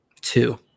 Two